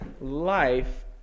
life